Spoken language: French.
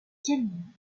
camion